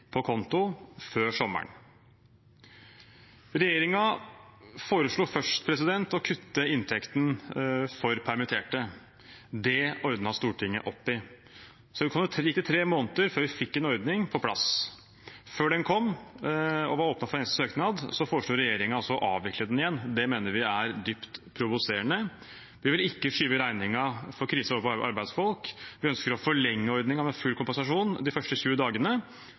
på konto før sommeren? Regjeringen foreslo først å kutte inntekten for permitterte, det ordnet Stortinget opp i. Så gikk det tre måneder før vi fikk en ordning på plass. Før den kom og var åpnet for søknad, foreslo regjeringen å avvikle den igjen. Det mener vi er dypt provoserende. Vi vil ikke skyve regningen for krisen over på arbeidsfolk. Vi ønsker å forlenge ordningen med full kompensasjon de første 20 dagene,